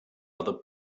other